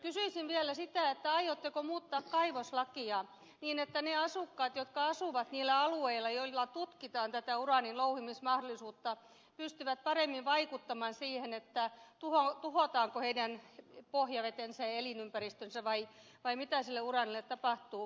kysyisin vielä sitä aiotteko muuttaa kaivoslakia niin että ne asukkaat jotka asuvat niillä alueilla joilla tutkitaan uraanin louhimismahdollisuutta pystyvät paremmin vaikuttamaan siihen tuhotaanko heidän pohjavetensä ja elinympäristönsä vai mitä sille uraanille tapahtuu